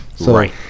Right